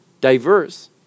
diverse